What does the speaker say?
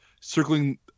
circling